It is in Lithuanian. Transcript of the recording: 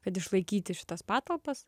kad išlaikyti šitas patalpas